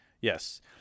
Yes